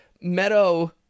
Meadow